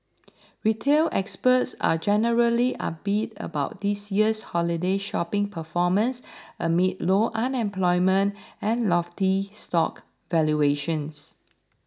retail experts are generally upbeat about this year's holiday shopping performance amid low unemployment and lofty stock valuations